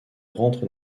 rentre